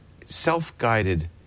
self-guided